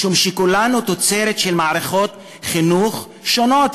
משום שכולנו תוצרת של מערכות חינוך שונות,